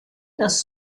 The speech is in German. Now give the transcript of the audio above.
das